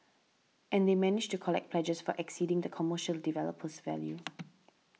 and they managed to collect pledges far exceeding the commercial developer's value